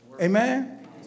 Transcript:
Amen